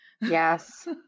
Yes